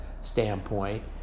standpoint